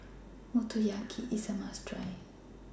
Motoyaki IS A must Try